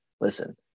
listen